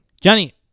Johnny